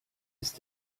ist